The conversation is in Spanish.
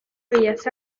bellas